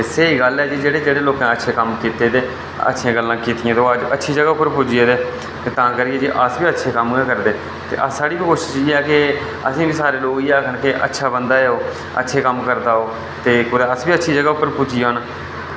ते स्हेई गल्ल ऐ कि जेह्ड़े जेह्ड़े बंदे स्हेई कम्म कीते दे ते अच्छियां गल्लां कीती दियां ते ओह् अच्छी जगह पर पुज्जे दे ते तां करियै अस बी अच्छे कम्म गै करदे ते साढ़ी कोशिश इयै कि असेंगी बी सारे लोक इ'यै आक्खन कि अच्छा बंदा ऐ ओह् ते अच्चे कम्म करदा ओह् ते अस बी कुदै अच्छी जगह पर पुज्जी जाह्न